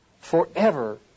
forever